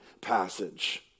passage